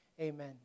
Amen